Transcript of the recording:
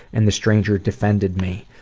and the stranger defended me.